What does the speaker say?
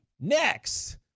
next